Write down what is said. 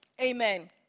Amen